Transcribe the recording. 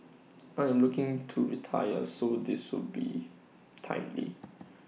I am looking to retire so this will be timely